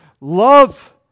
Love